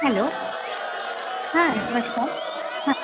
hello हां नमस्कार हा